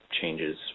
changes